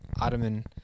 Ottoman